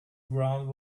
ground